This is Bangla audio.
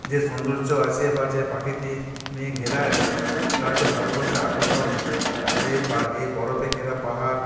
যে সৌন্দর্য আছে বা যে প্রাকৃতিক নিয়ে ঘেরা আছে তা হয়তো ভারতবর্ষে আর কোথাও নেই এ বরফে ঘেরা পাহাড়